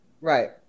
Right